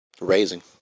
raising